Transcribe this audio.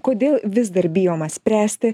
kodėl vis dar bijoma spręsti